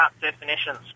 definitions